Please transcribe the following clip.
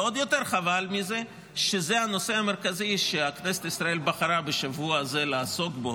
ועוד יותר חבל שזה הנושא המרכזי שכנסת ישראל בחרה בשבוע הזה לעסוק בו,